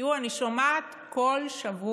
תראו, אני שומעת כל שבוע